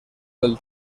del